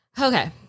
Okay